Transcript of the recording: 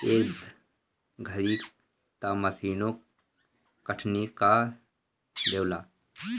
ए घरी तअ मशीनो कटनी कअ देवेला